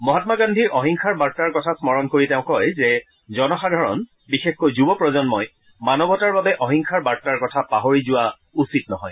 মহামা গান্ধীৰ অহিংসাৰ বাৰ্তাৰ কথা স্মৰণ কৰি তেওঁ কয় যে জনসাধাৰণ বিশেষকৈ যুৱ প্ৰজন্মই মানৱতাৰ বাবে অহিংসাৰ বাৰ্তাৰ কথা পাহৰি যোৱা উচিত নহয়